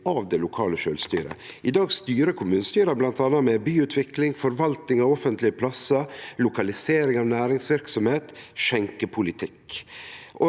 av det lokale sjølvstyret. I dag styrer kommunestyra bl.a. med byutvikling, forvaltning av offentlege plassar, lokalisering av næringsverksemd og skjenkepolitikk.